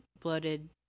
bloated